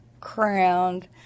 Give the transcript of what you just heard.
crowned